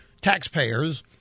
taxpayers